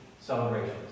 celebrations